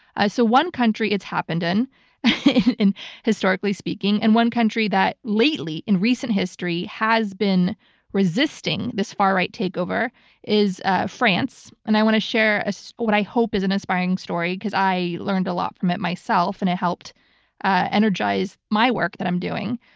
so one country it's happened in in historically speaking and one country that lately in recent history has been resisting this far-right take over is ah france and i want to share so what i hope is an inspiring story because i learned a lot from it myself and it helped ah energize my work that i'm doing.